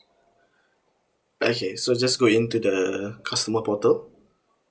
okay so just go in to the customer portal